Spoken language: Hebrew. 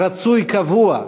רצוי קבוע.